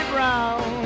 Brown